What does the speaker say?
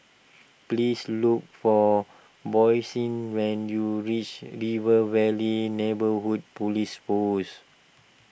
please look for Boysie when you reach River Valley Neighbourhood Police Post